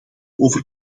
over